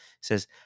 says